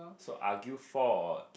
so argue fought